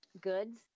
goods